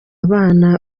abana